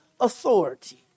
authority